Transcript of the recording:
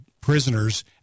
prisoners